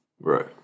right